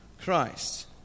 Christ